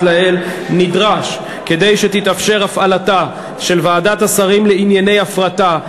לעיל נדרש כדי שתתאפשר הפעלתה של ועדת השרים לענייני הפרטה,